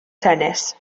tennis